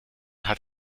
hat